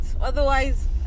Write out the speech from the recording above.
Otherwise